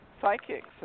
psychics